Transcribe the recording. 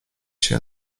się